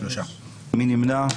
מי נמנע?